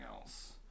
else